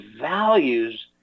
values